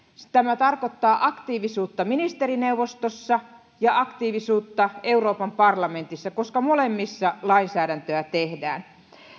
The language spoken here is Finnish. tämä tarkoittaa aktiivisuutta ministerineuvostossa ja aktiivisuutta euroopan parlamentissa koska molemmissa lainsäädäntöä tehdään